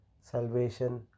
salvation